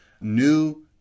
new